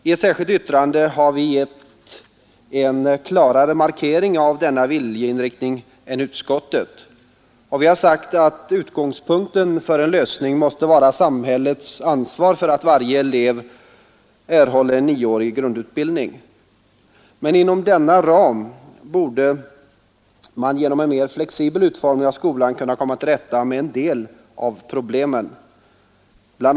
I ett särskilt yttrande har vi från folkpartiet gett en klarare markering av denna viljeinriktning än utskottet. Vi har sagt att utgångspunkten för en lösning måste vara samhällets ansvar för att varje elev erhåller en nioårig grundutbildning. Inom denna ram borde man genom en mer flexibel utformning av skolan kunna komma till rätta med en del av problemen. BI.